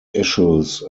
issues